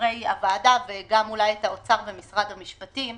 חברי הוועדה, וגם אולי את האוצר ואת משרד המשפטים.